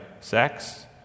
sex